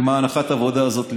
ועם הנחת העבודה הזאת.